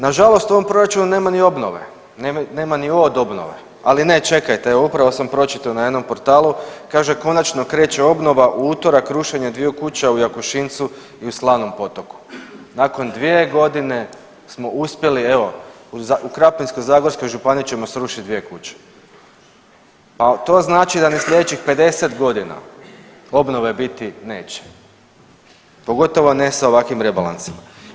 Nažalost u ovom proračunu nema ni obnove, nema ni O od obnove, ali ne čekajte evo upravo sam pročitao na jednom portalu kaže konačno kreće obnova u utorak rušenje dviju kuća u Jakušincu i u Slanom Potoku, nakon 2.g. smo uspjeli evo u Krapinsko-zagorskoj županiji ćemo srušit dvije kuće, al to znači da ni slijedećih 50.g. obnove biti neće, pogotovo ne sa ovakvim rebalansima.